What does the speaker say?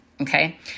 Okay